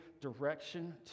direction